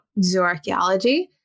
zooarchaeology